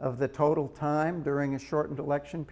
of the total time during a shortened election